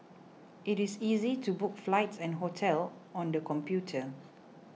it is easy to book flights and hotels on the computer